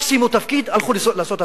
רק סיימו תפקיד, הלכו לעשות עסקים.